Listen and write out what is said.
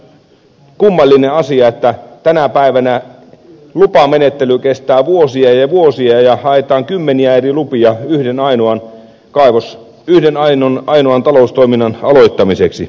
on aivan kummallinen asia että tänä päivänä lupamenettely kestää vuosia ja vuosia ja haetaan kymmeniä eri lupia yhden ainoan taloustoiminnan aloittamiseksi